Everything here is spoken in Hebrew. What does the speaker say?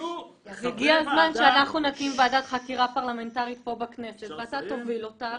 הגיע הזמן שאנחנו נקים ועדת חקירה פרלמנטרית פה בכנסת ואתה תוביל אותה.